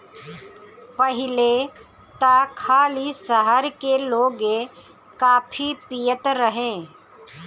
पहिले त खाली शहर के लोगे काफी पियत रहे